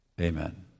Amen